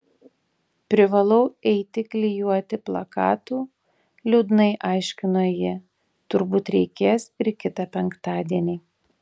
privalau eiti klijuoti plakatų liūdnai aiškino ji turbūt reikės ir kitą penktadienį